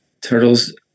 turtles